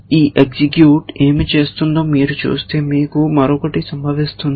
ఈ ఎగ్జిక్యూట ఏమి చేస్తుందో మీరు చూస్తే మీకు మరొకటి సంభవిస్తుంది